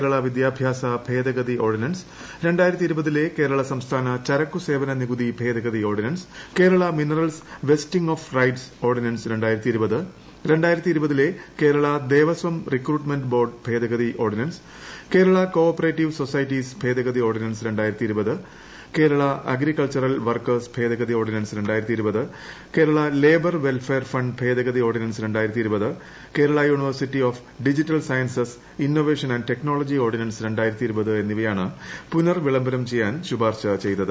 കേരള വിദ്യാഭ്യാസ ഭേദഗതി ഓർഡിനൻസ് കേരള സംസ്ഥാന ചരക്കുസേവന നികുതി ഭേദഗതി ordinance Kerala minerals vesting of rights ordinance Kerala Devaswom recruitment board ഭേദഗതി ordinance Kerala cooperative societies ഭേദഗതി ഓർഡിനൻസ് കേരള അഗ്രികൾച്ചറൽ വർക്കേഴ്സ് ഭേദഗതി ordinance Kerala labour welfare fund ഭേദഗതി ordinance Kerala university of digital sciences innovation and technology ordinance എന്നിവയാണ് പുനഃവിളംബരം ചെയ്യാൻ ശുപാർശ ചെയ്തത്